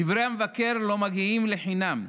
דברי המבקר לא מגיעים לחינם.